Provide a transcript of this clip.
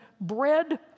bread